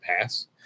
pass